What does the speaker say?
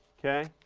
okay.